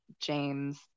James